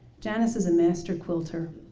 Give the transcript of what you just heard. janice is a master quilter.